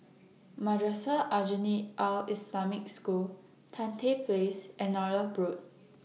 Madrasah Aljunied Al Islamic School Tan Tye Place and Nallur Road